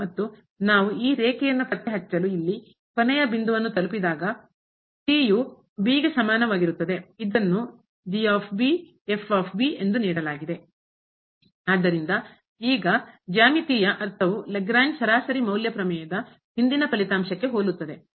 ಮತ್ತು ನಾವು ಈ ರೇಖೆಯನ್ನು ಪತ್ತೆಹಚ್ಚಲು ಇಲ್ಲಿ ಕೊನೆಯ ಬಿಂದು ವನ್ನು ತಲುಪಿದಾಗ ಯು b ಗೆ ಸಮಾನವಾಗಿರುತ್ತದೆ ಇದನ್ನು ಎಂದು ನೀಡಲಾಗಿದೆ ಆದ್ದರಿಂದ ಈಗ ಜ್ಯಾಮಿತೀಯ ಅರ್ಥವು ಲಾಗ್ರೇಂಜ್ ಸರಾಸರಿ ಮೌಲ್ಯ ಪ್ರಮೇಯದ ಹಿಂದಿನ ಫಲಿತಾಂಶಕ್ಕೆ ಹೋಲುತ್ತದೆ